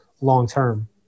long-term